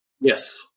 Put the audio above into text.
Yes